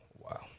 Wow